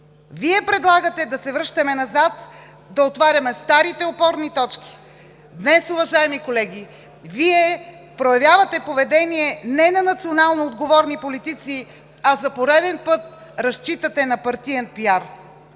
Вие предлагате да се връщаме назад, да отваряме старите опорни точки. Днес уважаеми колеги, Вие проявявате поведение не на национално отговорни политици, а за пореден път разчитате на партиен пиар.